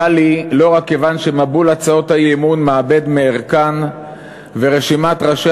קל לי לא רק כיוון שמבול הצעות האי-אמון מאבד מערכן ורשימת ראשי